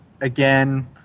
again